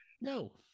no